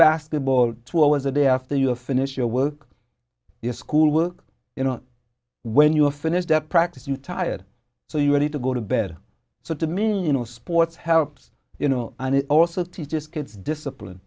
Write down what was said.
basketball two hours a day after you're finished your work your schoolwork you know when you're finished at practice you tired so you ready to go to bed so to me you know sports helps you know and it also teaches kids discipline